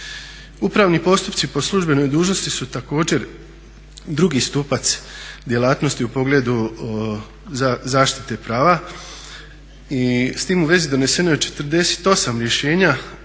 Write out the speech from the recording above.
Upravni postupci po službenoj dužnosti su također drugi stupac djelatnosti u pogledu zaštite prava. I s time u vezi doneseno je 48 rješenja